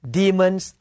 demons